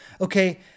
okay